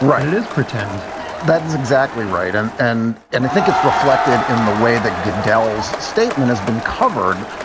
right. it is pretend that is exactly right. and and and i think it's reflected in the way that goodell's statement has been covered,